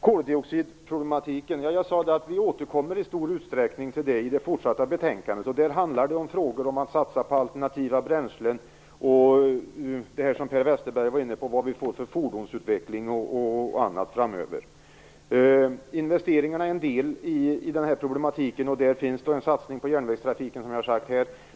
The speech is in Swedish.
Jag sade att vi i stor utsträckning återkommer till koldioxidproblemet i det fortsatta arbetet. Där handlar det om att satsa på alternativa bränslen och vad vi får för fordonsutveckling framöver, som Per Westerberg var inne på. Investeringarna är en del i den här problematiken. Där finns en satsning på järnvägstrafiken.